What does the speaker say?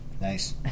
Nice